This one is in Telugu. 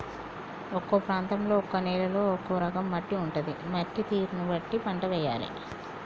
ఒక్కో ప్రాంతంలో ఒక్కో నేలలో ఒక్కో రకం మట్టి ఉంటది, మట్టి తీరును బట్టి పంట వేయాలే